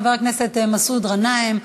חבר הכנסת מסעוד גנאים,